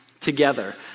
together